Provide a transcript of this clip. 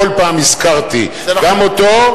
כל פעם הזכרתי גם אותו,